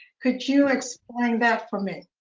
could you explain that for me?